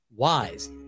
wise